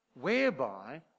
whereby